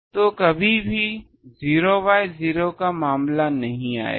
तो कभी भी 0 बाय 0 का मामला नहीं आएगा